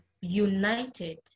united